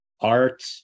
art